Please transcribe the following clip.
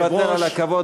מוותר על הכבוד,